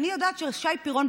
אני יודעת ששי פירון,